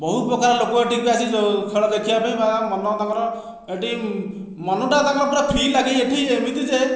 ବହୁ ପ୍ରକାର ଲୋକ ଏଠିକି ଆସିକି ଖେଳ ଦେଖିବା ପାଇଁ ବା ମନ ତାଙ୍କର ଏଠି ମନଟା ତାଙ୍କର ପୁରା ଫ୍ରି ଲାଗେ ଏଠି ଏମିତି ଯେ